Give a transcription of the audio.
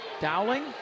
Dowling